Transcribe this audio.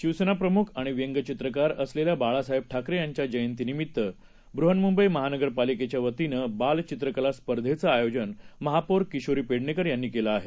शिवसेनाप्रमुखआणिव्यंगचित्रकारअसलेल्याबाळासाहेबठाकरेयांच्याजयंतीनिमित्तबृहन्मुंबईमहानगरपालिकेच्यावतीनंबालचित्रक लास्पर्धेचंआयोजनमहापौरकिशोरीपेडणेकरयांनीकेलंआहे